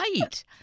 Right